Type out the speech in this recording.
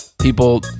people